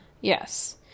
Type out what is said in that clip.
Yes